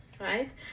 right